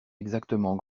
exactement